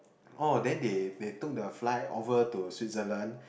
uh then they they took the fly over to Switzerland